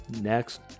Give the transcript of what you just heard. next